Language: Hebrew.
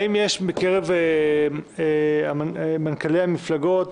האם יש מקרב מנכ"לי המפלגות,